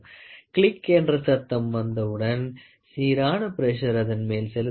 click என்ற சத்தம் வந்தவுடன் சீரான பிரஷர் அதன் மேல் செலுத்தப்படும்